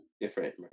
Different